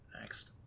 next